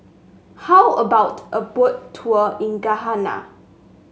how about a Boat Tour in Ghana